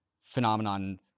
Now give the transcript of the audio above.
phenomenon